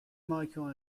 micheal